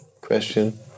Question